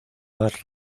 más